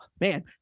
man